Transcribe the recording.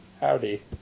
howdy